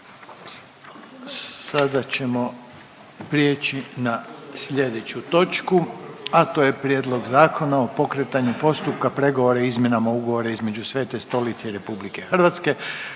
pa dajem na glasovanje Prijedlog zaključka o pokretanju postupka pregovora o izmjenama Ugovora između Svete Stolice i Republike Hrvatske.